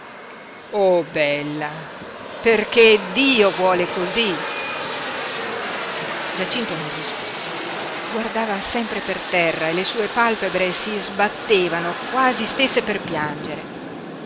oh bella perché dio vuole cosí giacinto non rispose guardava sempre per terra e le sue palpebre si sbattevano quasi stesse per piangere